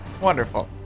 Wonderful